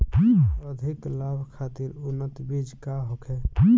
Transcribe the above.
अधिक लाभ खातिर उन्नत बीज का होखे?